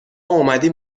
اومدیم